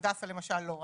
בהדסה, למשל, לא.